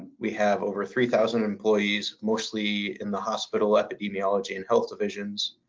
we have over three thousand employees, mostly in the hospital epidemiology and health divisions.